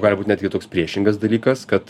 gali būt netgi toks priešingas dalykas kad